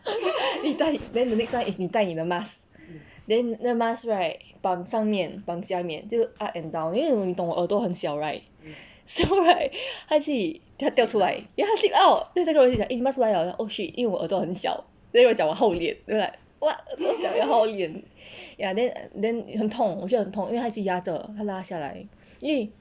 你带 then the next one 你带你的 mask then 那个 mask right 绑上面绑下面就 up and down 因为你懂我耳朵很小 right so right 它去它掉出来 ya 它 slip out then 那个人就讲 eh mask 出来 liao oh shit 因为我耳朵很小 then 我讲我厚脸 then I'm like what 我想要好脸 ya then then 很痛我觉得很痛因为他一直压着他拉下来因为